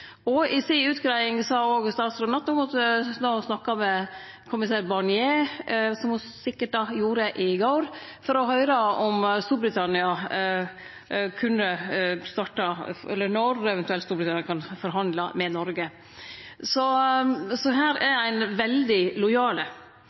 I utgreiinga si sa òg statsråden at ho måtte snakke med kommissær Barnier – som ho sikkert gjorde i går – for å høyre når Storbritannia eventuelt kan forhandle med Noreg. Så her